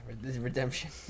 Redemption